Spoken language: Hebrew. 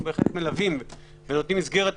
אנחנו בהחלט מלווים ונותנים מסגרת.